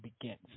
begins